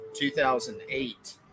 2008